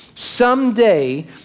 Someday